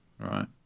Right